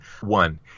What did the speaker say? one